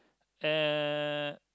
and